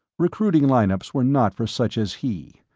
recruiting line-ups were not for such as he.